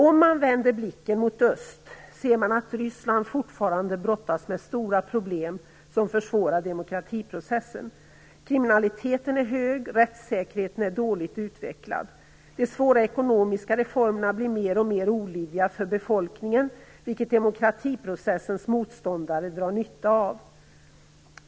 Om man vänder blicken mot öst ser man att Ryssland fortfarande brottas med stora problem som försvårar demokratiprocessen. Kriminaliteten är hög och rättssäkerheten är dåligt utvecklad. De svåra ekonomiska reformerna blir mer och mer olidliga för befolkningen, vilket demokratiprocessens motståndare drar nytta av.